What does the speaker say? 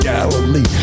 Galilee